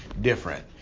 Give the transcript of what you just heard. different